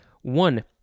One